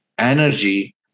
energy